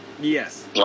Yes